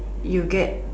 you get